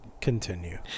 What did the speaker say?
continue